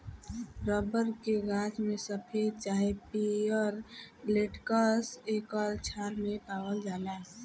rubber के गाछ में सफ़ेद चाहे पियर लेटेक्स एकर छाल मे पावाल जाला